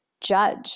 judge